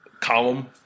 column